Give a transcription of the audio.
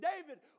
David